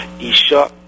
isha